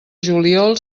juliol